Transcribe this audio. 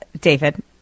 David